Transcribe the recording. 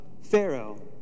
Pharaoh